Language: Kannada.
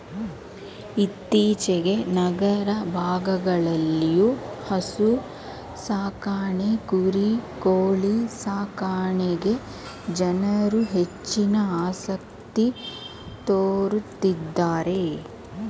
ಇತ್ತೀಚೆಗೆ ನಗರ ಭಾಗಗಳಲ್ಲಿಯೂ ಹಸು ಸಾಕಾಣೆ ಕುರಿ ಕೋಳಿ ಸಾಕಣೆಗೆ ಜನರು ಹೆಚ್ಚಿನ ಆಸಕ್ತಿ ತೋರುತ್ತಿದ್ದಾರೆ